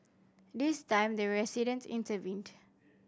this time the resident intervened